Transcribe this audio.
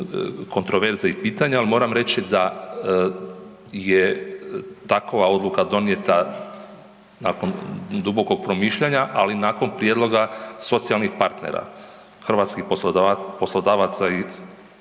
kontroverze i pitanja, ali moram reći da je takva odluka donijeta nakon dubokog promišljanja, ali nakon prijedloga socijalnih partnera, hrvatskih poslodavaca i